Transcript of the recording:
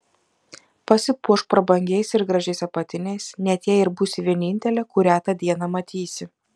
pasipuošk prabangiais ir gražiais apatiniais net jei ir būsi vienintelė kurią tą dieną matysi